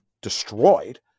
destroyed